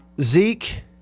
Zeke